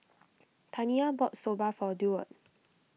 Taniya bought Soba for Deward